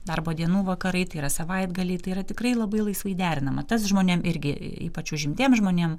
darbo dienų vakarai tai yra savaitgaliai tai yra tikrai labai laisvai derinama tas žmonėm irgi ypač užimtiem žmonėm